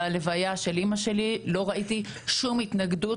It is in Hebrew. בלוויה של אימא שלי לא ראיתי שום התנגדות